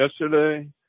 Yesterday